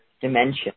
dimension